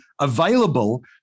available